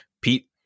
Pete